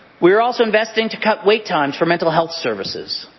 we are also investing to cut wait times for mental health services.